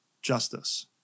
Justice